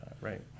right